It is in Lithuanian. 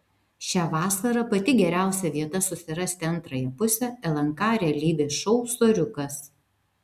šią vasarą pati geriausia vieta susirasti antrąją pusę lnk realybės šou soriukas